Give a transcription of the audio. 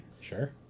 Sure